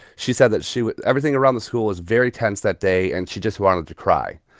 she said that she everything around the school was very tense that day. and she just wanted to cry,